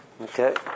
Okay